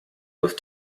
with